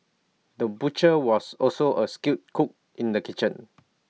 the butcher was also A skilled cook in the kitchen